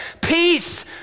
Peace